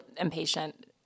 impatient